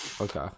okay